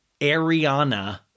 Ariana